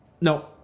no